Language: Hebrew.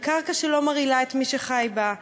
על קרקע שלא מרעילה את מי שחי בה.